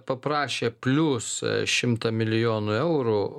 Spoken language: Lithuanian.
paprašė plius šimtą milijonų eurų